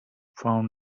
found